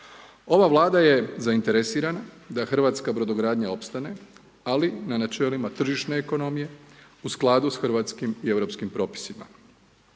Ova vlada je zainteresirana da hrvatska brodogradnja opstane, ali, na načelima tržišne ekonomije, u skladu sa hrvatskim i europskim propisima.